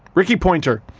rikki poynter,